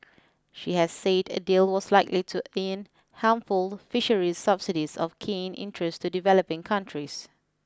she has said a deal was likely to end harmful fisheries subsidies of keen interest to developing countries